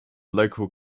local